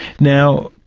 now,